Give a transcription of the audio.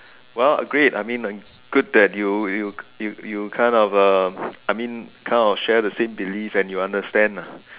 well agreed I mean good that you you you you kind of um I mean kind of share the same belief and you understand ah